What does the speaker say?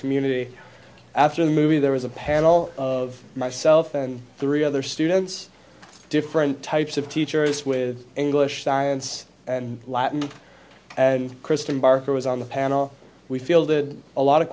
community after the movie there was a panel of myself and three other students different types of teachers with english science and latin and kristen barker was on the panel we fielded a lot of